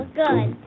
good